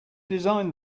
design